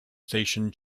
station